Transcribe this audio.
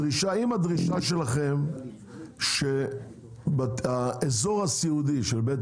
אם הדרישה שלכם שהאזור הסיעודי של בית